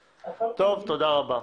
טוב, תודה רבה.